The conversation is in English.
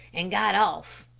and got off.